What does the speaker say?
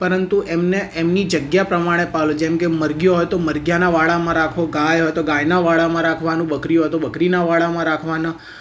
પરંતુ એમને એમની જગ્યા પ્રમાણે પાળો જેમ કે મરઘીઓ હોય તો મરઘાંના વાડામાં રાખો ગાય હોય તો ગાયના વાડામાં રાખવાનું બકરી હોય તો બકરીના વાડામાં રાખવાના